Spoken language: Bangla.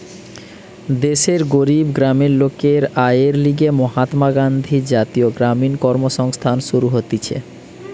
দেশের গরিব গ্রামের লোকের আয়ের লিগে মহাত্মা গান্ধী জাতীয় গ্রামীণ কর্মসংস্থান শুরু হতিছে